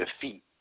defeat